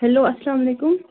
hello اَسلام علیکُم